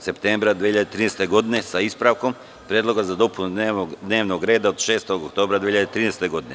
septembra 2013. godine sa ispravkom predloga za dopunu dnevnog reda od 6. oktobra 2013. godine.